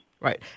Right